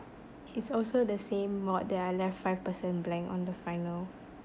it's also the same mod that I left five percent blank on the final